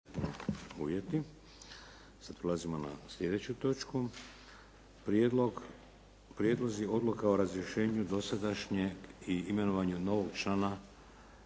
(HDZ)** Sad prelazimo na slijedeću točku - Prijedlozi odluka o razrješenju dosadašnjeg i o imenovanju novog člana